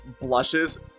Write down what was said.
blushes